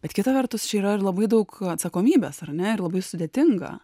bet kita vertus čia yra ir labai daug atsakomybės ar ne ir labai sudėtinga